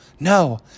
No